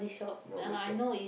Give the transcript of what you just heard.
what was that